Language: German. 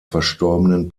verstorbenen